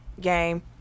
game